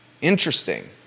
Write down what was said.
Interesting